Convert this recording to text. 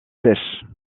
sèches